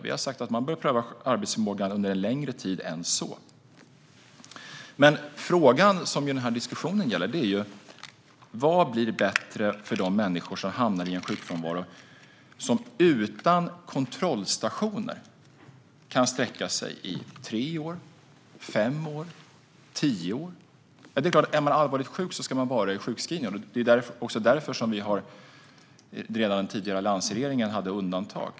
Vi har sagt att man bör pröva arbetsförmågan under längre tid än så. Frågan som den här diskussionen gäller är ju vad som blir bättre för de människor som hamnar i en sjukfrånvaro som utan kontrollstationer kan sträcka sig över tre år, fem år, tio år. Det är klart att om man är allvarligt sjuk ska man vara sjukskriven. Det var därför redan den tidigare alliansregeringen hade undantag.